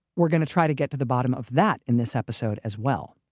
we're going to try to get to the bottom of that in this episode, as well